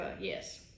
yes